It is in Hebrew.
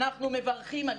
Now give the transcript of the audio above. אנחנו מברכים עליה,